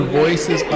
voices